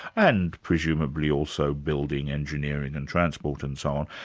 and presumably, also building, engineering and transport and so on.